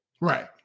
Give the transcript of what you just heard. Right